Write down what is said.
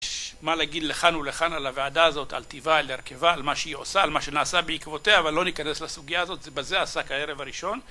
יש מה להגיד לכאן ולכאן על הוועדה הזאת, על טבעה, על הרכבה, על מה שהיא עושה, על מה שנעשה בעקבותיה, אבל לא ניכנס לסוגיה הזאת, בזה העסק הערב הראשון.